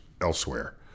elsewhere